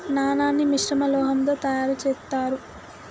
నాణాన్ని మిశ్రమ లోహంతో తయారు చేత్తారు